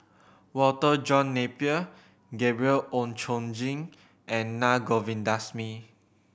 Walter John Napier Gabriel Oon Chong Jin and Na Govindasamy